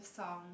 song